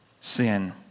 sin